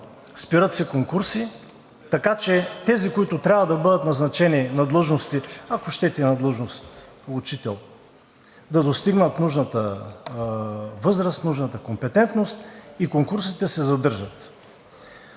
спират се конкурси, така че тези, които трябва да бъдат назначени на длъжности, ако щете и на длъжност „учител“, да достигнат нужната възраст, нужната компетентност и конкурсите се задържат.